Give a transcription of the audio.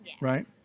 Right